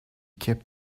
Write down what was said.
kept